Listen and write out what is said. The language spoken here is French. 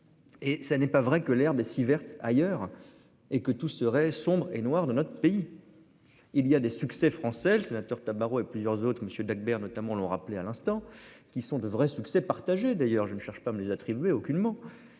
Et ça n'est pas vrai que l'herbe est verte ailleurs et que tout serait sombre et noir de notre pays. Il y a des succès français le sénateur Tabarot et plusieurs autres monsieur Dacbert notamment l'ont rappelé à l'instant qui sont de vrais succès partagé d'ailleurs je ne cherche pas me les attribuer aucunement